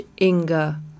Inga